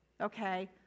okay